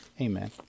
Amen